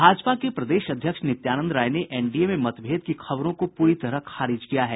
भाजपा के प्रदेश अध्यक्ष नित्यानंद राय ने एनडीए मे मतभेद की खबरों को पूरी तरह खारिज किया है